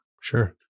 Sure